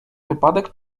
wypadek